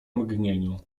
mgnieniu